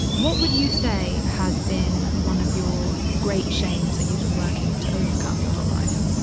what would you say has been one of your great shames that you've been working to overcome your whole life?